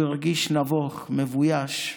הוא הרגיש נבוך, מבויש.